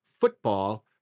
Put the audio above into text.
football